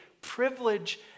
privilege